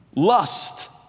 Lust